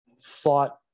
thought